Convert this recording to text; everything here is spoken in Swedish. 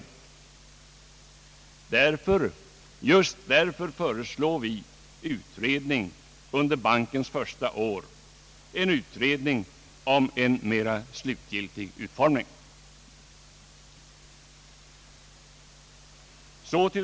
Vi föreslår just därför en utredning om en mera slutgiltig utformning, vilken skall ske under bankens första år.